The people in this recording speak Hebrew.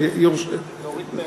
להוריד מהם,